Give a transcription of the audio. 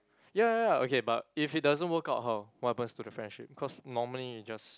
ya ya ya okay but if it doesn't work out how what happens to the friendship cause normally you just